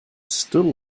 still